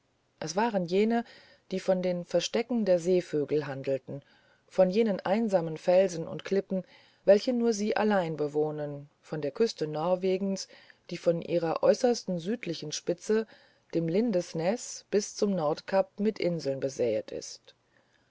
es waren jene die von den verstecken der seevögel handelten von jenen einsamen felsen und klippen welche nur sie allein bewohnen von der küste norwegens die von ihrer äußersten südlichen spitze dem lindesnäs bis zum nordkap mit inseln besäet ist